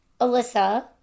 Alyssa